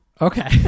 okay